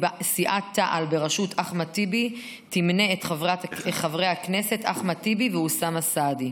סיעת תע"ל בראשות אחמד טיבי תמנה את חברי הכנסת אחמד טיבי ואוסאמה סעדי.